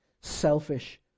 Selfish